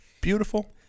beautiful